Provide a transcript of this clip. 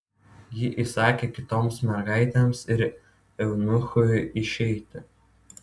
ji įsakė kitoms mergaitėms ir eunuchui išeiti